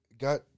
Got